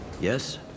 Yes